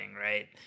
right